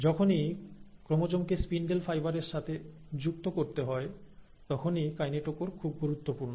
যখনই ক্রোমোজোমকে spindle fibre এর সাথে যুক্ত করতে হয় তখনই কাইনেটোকোর খুব গুরুত্বপূর্ণ